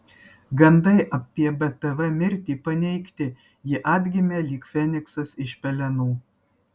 gandai apie btv mirtį paneigti ji atgimė lyg feniksas iš pelenų